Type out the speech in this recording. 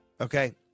Okay